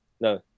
no